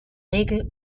regel